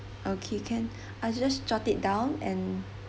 okay can I just jot it down and